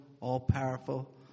all-powerful